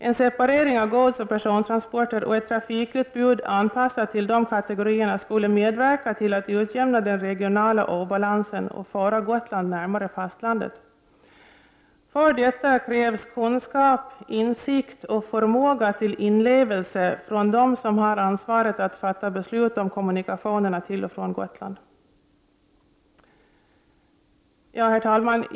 En separering av godsoch persontransporter och ett trafikutbud anpassat till dessa kategorier skulle medverka till att utjämna den regionala obalansen och föra Gotland närmare fastlandet. För detta krävs kunskap, insikt och förmåga till inlevelse hos dem som har ansvaret att fatta beslut om kommunikationerna till och från Gotland. Herr talman!